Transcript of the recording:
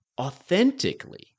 authentically